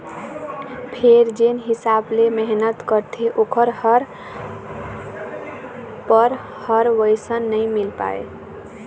फेर जेन हिसाब ले मेहनत करथे ओखर फर ह वइसन नइ मिल पावय